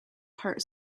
part